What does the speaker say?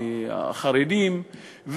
מהחרדים,